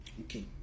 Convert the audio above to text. Okay